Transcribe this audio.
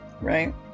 right